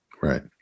right